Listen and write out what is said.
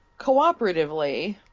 cooperatively